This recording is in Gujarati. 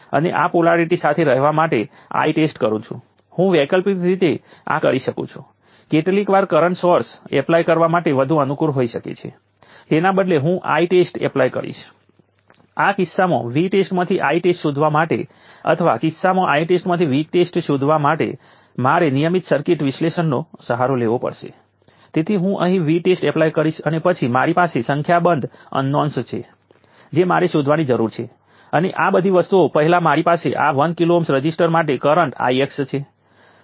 અલબત્ત આ કેપેસિટરની ઉપયોગી એપ્લિકેશન છે જેને તમે ચોક્કસ વોલ્ટેજ ઉપર ચાર્જ કરી શકો છો અને તેનો એનર્જીના સોર્સ તરીકે ઉપયોગ કરી શકો છો જે કેપેસિટરનો ઉપયોગ ઘણી એપ્લિકેશન્સમાં થાય છે